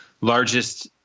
largest